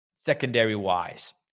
Secondary-wise